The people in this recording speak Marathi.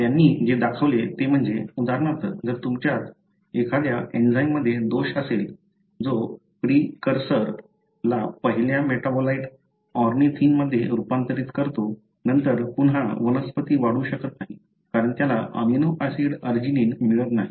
त्यांनी जे दाखवले ते म्हणजे उदाहरणार्थ जर तुमच्यात एखाद्या एन्झाइममध्ये दोष असेल जो प्रिकर्सर ला पहिल्या मेटाबोलाइट ऑर्निथिनमध्ये रूपांतरित करतो नंतर पुन्हा वनस्पती वाढू शकत नाही कारण त्याला अमीनो ऍसिड आर्जिनिन मिळत नाही